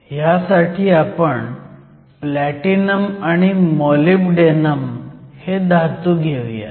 ह्यासाठी आपण प्लॅटिनम आणि मॉलिब्डेनम हे धातू घेऊयात